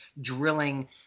drilling